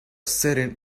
sitting